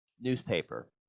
newspaper